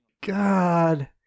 God